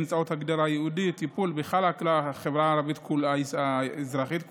באמצעות הגדרת היעד: טיפול בחברה הערבית כולה והאזרחית כולה,